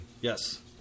Yes